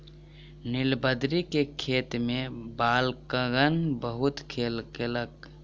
नीलबदरी के खेत में बालकगण बहुत खेल केलक